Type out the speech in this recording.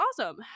awesome